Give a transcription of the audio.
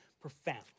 profound